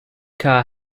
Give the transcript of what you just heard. car